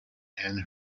and